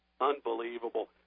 unbelievable